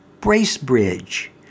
Bracebridge